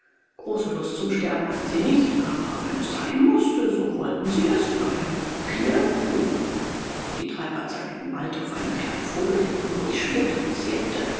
große lust zum sterben hatten sie nicht aber wenn es sein mußte so wollten sie es für eine rupie tun die treiber zeigten bald auf einen kleinen vogel der unruhig schwirrte und zirpte